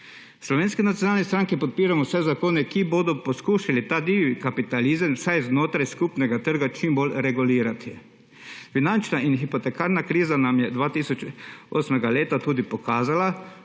Slovenski nacionalni stranki podpiramo vse zakone, ki bodo poskušali ta divji kapitalizem vsaj znotraj skupnega trga čim bolj regulirati. Finančna in hipotekarna kriza nam je 2008 leta tudi pokazala,